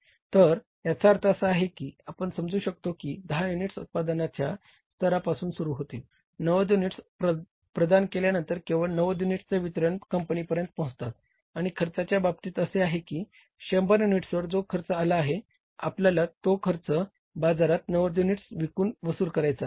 तर याचा अर्थ असा आहे की आपण समजू शकतो की 10 युनिट्स उत्पादनाच्या स्तरापासून सुरु होतील 90 युनिट्स प्रदान केल्यानंतर केवळ 90 युनिट्सच वितरण कंपनीपर्यंत पोहोचतात आणि खर्चाच्या बाबतीत असे आहे की 100 युनिट्सवर जो खर्च आला आहे आपल्याला तो खर्च बाजारात 90 युनिट्स विकून वसूल करायचा आहे